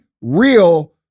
real